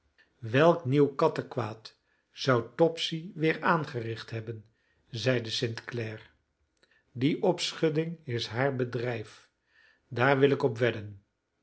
welk nieuw kattekwaad zou topsy weer aangericht hebben zeide st clare die opschudding is haar bedrijf daar wil ik op wedden